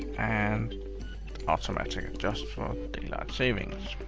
and automatically adjust for daylight savings.